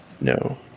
No